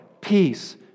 peace